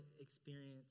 experience